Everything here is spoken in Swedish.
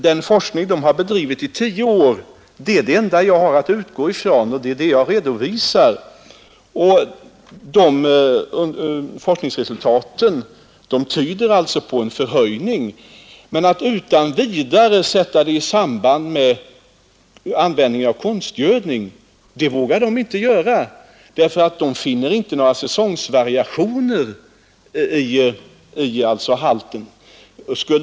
Den forskning som där har bedrivits i tio är är det enda jag har att utgå ifrån, och det är resultaten av denna forskning som jag redovisat. Forskningsresultaten tyder alltså på en viss förhöjning av nitrathalten, men att utan vidare sätta detta i samband med användning av konstgödning vågar forskarna inte göra. Undersökningar inom Höganäs kommun pekar mot att det inte förekommer nägra säsongvariationer i nitrathalten i dricksvattentäkterna.